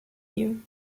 you